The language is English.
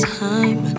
time